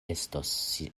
estos